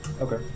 Okay